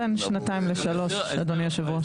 בין שנתיים לשלוש, אדוני יושב הראש.